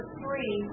three